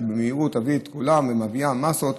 שבמהירות תביא את כולם ומביאה מאסות,